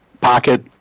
pocket